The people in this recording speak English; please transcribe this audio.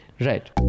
Right